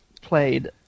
played